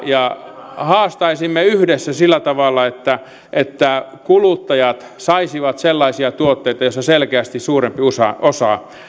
ja haastaisimme yhdessä sillä tavalla että että kuluttajat saisivat sellaisia tuotteita joista selkeästi suurempi osa